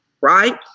Right